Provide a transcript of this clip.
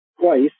twice